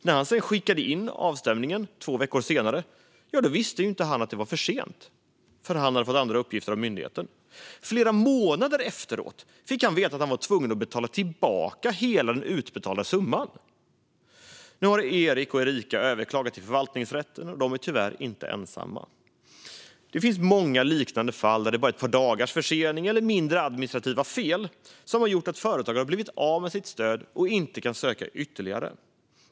När han två veckor senare skickade in avstämningen visste han inte att det var för sent, eftersom han hade fått fel uppgifter från myndigheten. Flera månader efteråt fick han veta att han var tvungen att betala tillbaka hela den utbetalda summan. Nu har Erik och Erica överklagat det hela till förvaltningsrätten, och tyvärr är de inte ensamma. Det finns många liknande fall där bara ett par dagars försening eller mindre administrativa fel har gjort att företagare har blivit av med sitt stöd och inte kan söka det igen.